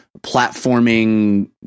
platforming